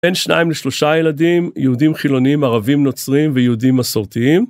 בין שניים לשלושה ילדים, יהודים חילוניים, ערבים נוצרים ויהודים מסורתיים.